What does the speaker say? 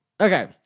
okay